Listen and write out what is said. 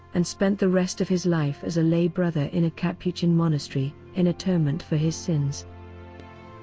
and spent the rest of his life as a lay brother in a capuchin monastery in atonement for his sins.